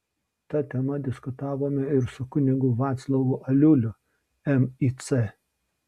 ta tema diskutavome ir su kunigu vaclovu aliuliu mic